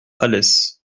alès